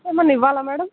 ఏమన్నా ఇవ్వాళా మ్యాడం